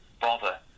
bother